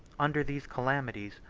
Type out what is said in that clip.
under these calamities,